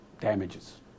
damages